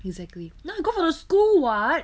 exactly now I go for school [what]